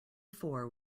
four